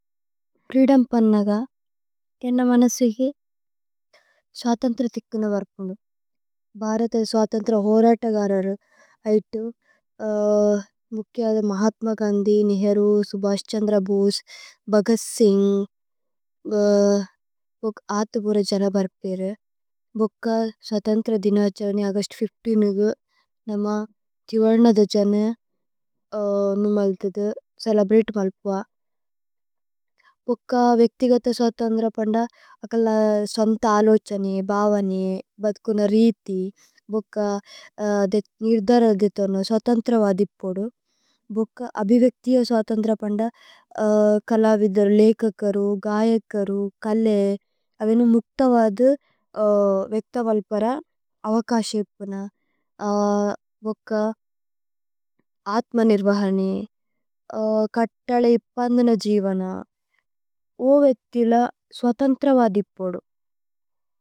ഫ്രീദുമ്പന് നഗ, കേന്ന മനസിഗു ശതന്ത്ര തിക്കുന വര്കുനു। ഭ്ഹരത ശതന്ത്ര ഹോരത കരര്, ഐത്തു മുക്യ മഹത്മ ഗന്ധി, നിഹേരു, സുബശ്ഛന്ദ്ര ബൂസ്, ബഗസ് സിന്ഗ്, ഭുഖ ശതന്ത്ര ദിനാഛനേ അഗശ്ത് ന്ഗു, നമ തിവരന ദോജനേ നുമല്തിദു, സലബ്രേത് മല്പുഅ। ഭുഖ വേക്തി ഗത ശതന്ത്ര പന്ധ അകല സന്ഥ അലോ ഛനേ, ബവ നേ, ബദ്കുന രീഥി। ഭുഖ ദേ നിര്ദര് അധിഥുന്, ശതന്ത്ര വദിപോദു। ഭുഖ അഭി വേക്തി ശതന്ത്ര പന്ധ കല വിദര് ലേകകരു, ഗയ കരു, കല്ലേ। അവേനു മുത്തവദു വേക്തവല്പര അവകശേപന। ഭുഖ അത്മ നിര്വഹനേ, കത്തലേ ഇപ്പന്ദന ജിവന। ഓവേക്തി ല ശതന്ത്ര വദിപോദു।